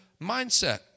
mindset